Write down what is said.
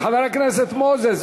מוזס,